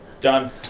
Done